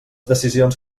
decisions